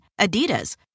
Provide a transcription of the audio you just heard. Adidas